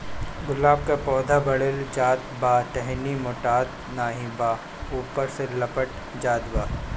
गुलाब क पौधा बढ़ले जात बा टहनी मोटात नाहीं बा ऊपर से लटक जात बा?